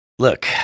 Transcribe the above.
Look